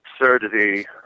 absurdity